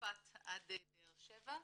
מצפת עד באר שבע,